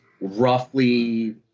Roughly